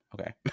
okay